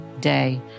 day